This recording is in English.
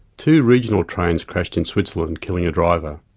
two regional trains crashed in switzerland, killing a driver.